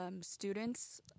students